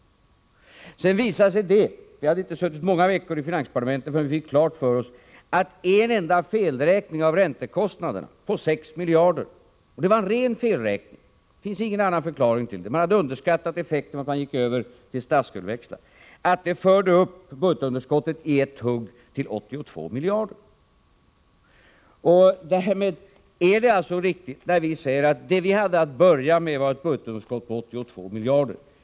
Vi hade inte suttit många veckor i finansdepartementet förrän vi fick klart för oss att en enda felräkning av räntekostnaderna på 6 miljarder förde upp budgetunderskottet i ett hugg till 82 miljarder. Det var en ren felräkning— det finnsingen annan förklaring. Man hade underskattat effekten av att man gick över till statsskuldväxlar. Därmed är det alltså riktigt när vi säger att vad vi politiken på medellång sikt hade att börja med var ett budgetunderskott på 82 miljarder.